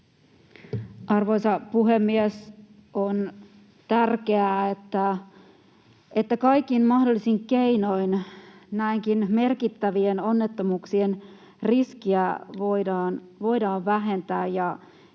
Arvoisa puhemies! On tärkeää, että kaikin mahdollisin keinoin näinkin merkittävien onnettomuuksien riskiä voidaan vähentää,